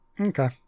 Okay